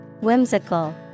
Whimsical